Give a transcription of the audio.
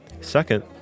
Second